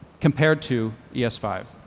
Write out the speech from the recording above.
compared to e s five.